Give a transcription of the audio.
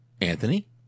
Anthony